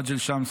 מג'ד אל-שמס,